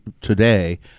today—